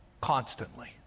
constantly